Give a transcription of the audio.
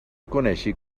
conéixer